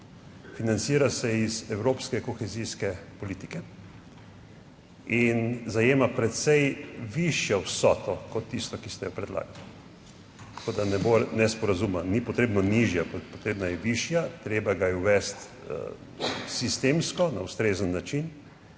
Financira se iz evropske kohezijske politike in zajema precej višjo vsoto kot tisto, ki ste jo predlagali, tako da ne bo nesporazuma, ni potrebna nižja, potrebna je višja. Treba ga je uvesti sistemsko na ustrezen način,